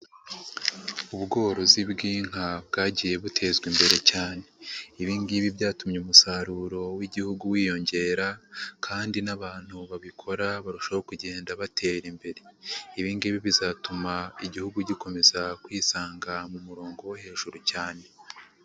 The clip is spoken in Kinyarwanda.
Ubworozi bw'inka bwagiye butezwa imbere cyane, ibi ngibi byatumye umusaruro w'Igihugu wiyongera kandi n'abantu babikora barushaho kugenda batera imbere, ibi ngibi bizatuma Igihugu gikomeza kwisanga mu murongo wo hejuru cyane.